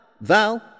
Val